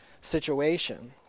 situation